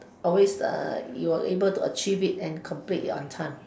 always uh you'll able to achieve it and complete it on time